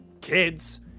Kids